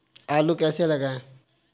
आलू कैसे लगाएँ?